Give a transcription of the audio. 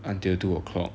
until two o'clock